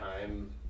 time